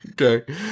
okay